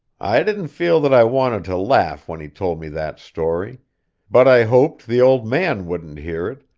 i didn't feel that i wanted to laugh when he told me that story but i hoped the old man wouldn't hear it,